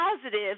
positive